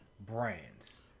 brands